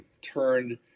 turned